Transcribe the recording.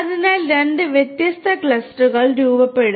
അതിനാൽ രണ്ട് വ്യത്യസ്ത ക്ലസ്റ്ററുകൾ രൂപപ്പെടും